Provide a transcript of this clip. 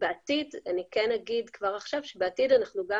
אני כבר אומר עכשיו שבעתיד אנחנו גם